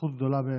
זכות גדולה באמת.